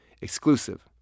Exclusive